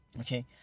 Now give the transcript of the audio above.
Okay